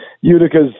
Utica's